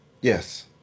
Yes